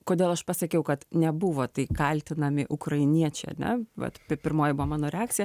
kodėl aš pasakiau kad nebuvo tai kaltinami ukrainiečiai ane vat pi pirmoji buvo mano reakcija